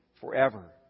forever